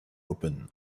open